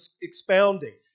expounding